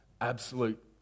absolute